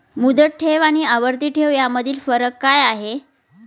मुदत ठेव आणि आवर्ती ठेव यामधील फरक काय आहे?